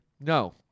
No